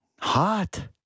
hot